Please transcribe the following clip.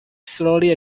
slowly